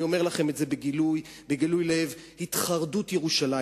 ואני אומר לכם את זה בגילוי לב: "התחרדות ירושלים".